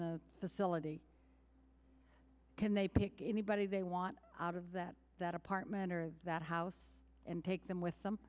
the facility can they pick anybody they want out of that that apartment or that house and take them with